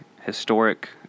historic